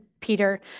Peter